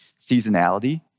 seasonality